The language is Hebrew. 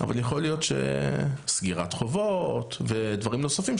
אבל יכול להיות שסגירת חובות ודברים נוספים,